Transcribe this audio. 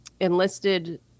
enlisted